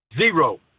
zero